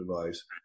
device